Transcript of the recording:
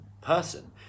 person